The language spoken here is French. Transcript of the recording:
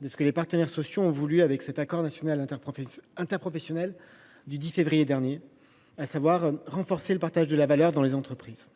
de ce que les partenaires sociaux ont voulu à travers l’accord national interprofessionnel du 10 février dernier : renforcer le partage de la valeur dans les entreprises.